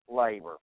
labor